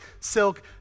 silk